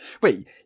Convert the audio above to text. Wait